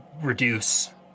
reduce